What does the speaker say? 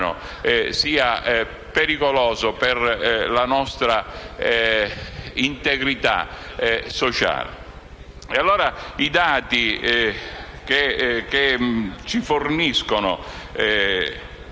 sia pericoloso per la nostra integrità sociale. I dati che ci forniscono